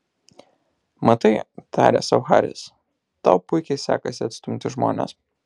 matai tarė sau haris tau puikiai sekasi atstumti žmones